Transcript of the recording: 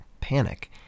panic